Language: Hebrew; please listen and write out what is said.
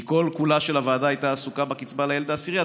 כי הוועדה כל-כולה הייתה עסוקה בקצבה לילד העשירי,